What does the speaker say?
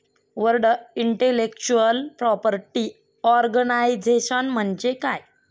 World intellectual property organisation म्हणजे काय?